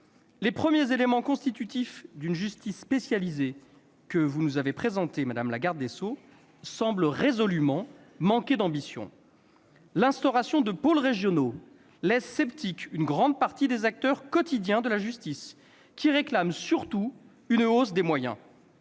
Les premiers éléments constitutifs d'une justice spécialisée que vous nous avez présentés, madame la garde des sceaux, semblent résolument manquer d'ambition. L'instauration de pôles régionaux laisse sceptiques une grande partie des acteurs quotidiens de la justice, qui réclament surtout une hausse des moyens.